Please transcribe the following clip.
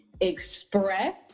express